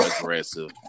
aggressive